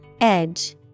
Edge